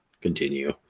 continue